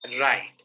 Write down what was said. Right